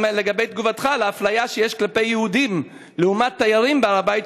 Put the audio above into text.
לגבי תגובתך על האפליה שיש כלפי יהודים לעומת תיירים בהר-הבית: